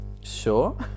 sure